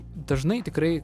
dažnai tikrai